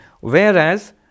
Whereas